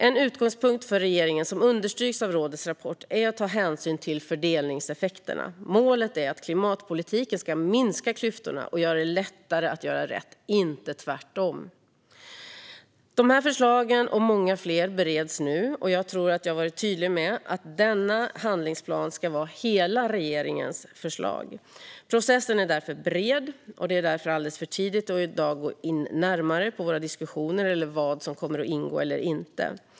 En utgångspunkt för regeringen, som understryks av rådets rapport, är att man ska ta hänsyn till fördelningseffekterna. Målet är att klimatpolitiken ska minska klyftorna och göra det lättare att göra rätt, inte tvärtom. Dessa förslag och många fler bereds nu. Jag tror att jag har varit tydlig med att denna handlingsplan ska vara hela regeringens förslag. Processen är därför bred. Det är alldeles för tidigt att i dag gå in närmare på våra diskussioner eller på vad som kommer att ingå eller inte.